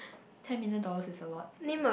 ten million dollars is a lot